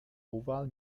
oval